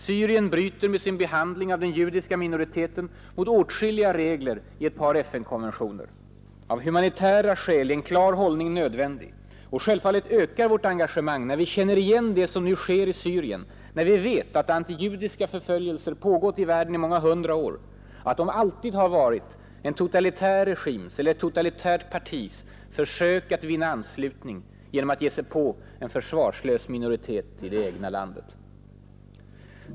Syrien bryter med sin behandling av den judiska minoriteten mot åtskilliga regler i ett par FN-konventioner. Av humanitära skäl är en klar hållning nödvändig. Självfallet ökar vårt engagemang när vi känner igen det som nu sker i Syrien, när vi vet att antijudiska förföljelser pågått i världen i många hundra år och att de alltid har varit en totalitär regims eller ett totalitärt partis försök att vinna anslutning genom att ge sig på en försvarslös minoritet i det egna landet.